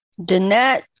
Danette